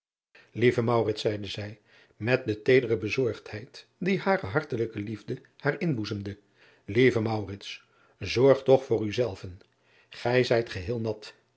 ieve zeide zij met de teedere bezorgdheid die hare hartelijke liefde haar inboezemde ieve zorg toch voor u zelven gij zijt geheel nat